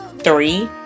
three